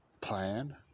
plan